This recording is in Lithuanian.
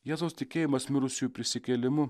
jėzaus tikėjimas mirusiųjų prisikėlimu